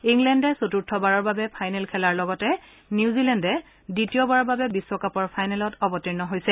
ইংলেণ্ডে চতুৰ্থবাৰৰ বাবে ফাইনেল খেলাৰ লগতে নিউজিলেণ্ডে দ্বিতীয়বাৰৰ বাবে বিশ্বকাপৰ ফাইনেলত অৱতীৰ্ণ হৈছে